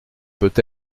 peut